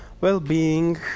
well-being